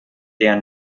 der